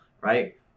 right